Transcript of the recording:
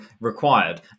required